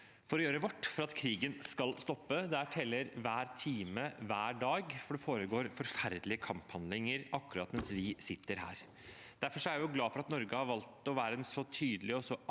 kan gjøre for at krigen skal stoppe. Der teller hver time, hver dag, for det foregår forferdelige kamphandlinger akkurat mens vi sitter her. Derfor er jeg glad for at Norge har valgt å være et så tydelig og aktivt